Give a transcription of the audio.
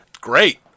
Great